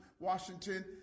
Washington